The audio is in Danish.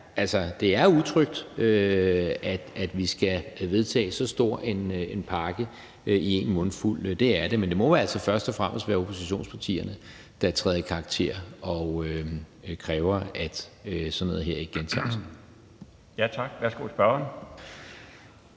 det er utrygt, at vi skal vedtage så stor en pakke i én mundfuld, det er det, men det må altså først og fremmest være oppositionspartierne, der træder i karakter og kræver, at sådan noget her ikke gentager sig. Kl. 16:51 Den